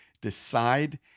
decide